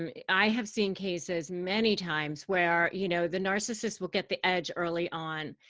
i have seen cases many times where you know the narcissist will get the edge early on.